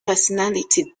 personality